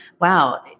wow